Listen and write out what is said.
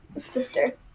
sister